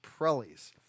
Prellies